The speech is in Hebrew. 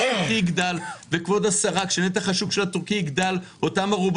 זה בגדי המלך העירום האנשים שבעד העובדים היום מוכרים אותם בכלום.